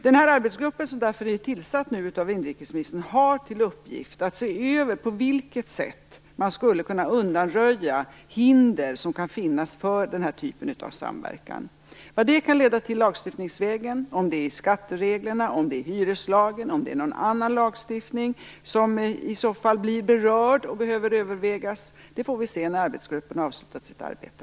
Den arbetsgrupp som inrikesministern har tillsatt har därför till uppgift att se över på vilket sätt man skulle kunna undanröja de hinder som kan finnas för den här typen av samverkan. Vad det kan leda till i fråga om lagstiftning - om det är skattereglerna, hyreslagen eller någon annan lagstiftning som i så fall berörs och behöver övervägas - får vi se när arbetsgruppen avslutat sitt arbete.